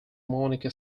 monica